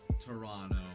Toronto